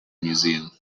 museum